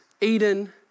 Eden